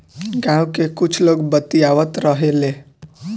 गाँव के कुछ लोग बतियावत रहेलो